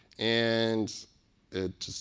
and it's just,